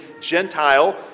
Gentile